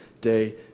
day